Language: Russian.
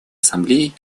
ассамблеей